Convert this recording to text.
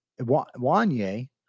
Wanye